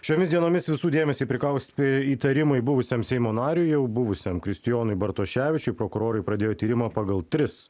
šiomis dienomis visų dėmesį prikaus pė įtarimai buvusiam seimo nariui jau buvusiam kristijonui bartoševičiui prokurorai pradėjo tyrimą pagal tris